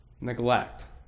neglect